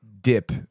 dip